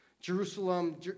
Jerusalem